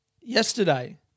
yesterday